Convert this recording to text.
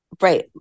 right